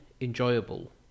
enjoyable